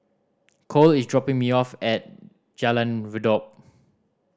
Kole is dropping me off at Jalan Redop